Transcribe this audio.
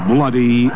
Bloody